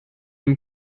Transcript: dem